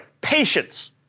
patience